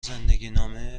زندگینامه